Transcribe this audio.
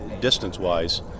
distance-wise